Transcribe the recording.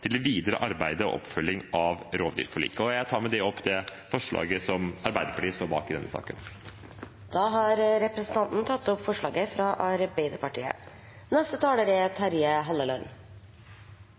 til videre arbeid med og oppfølging av rovdyrforliket. Med det tar jeg opp forslaget Arbeiderpartiet står bak i denne saken. Representanten Åsmund Aukrust har tatt opp det forslaget han refererte til. Rovviltforvaltningen i Norge er